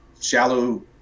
shallow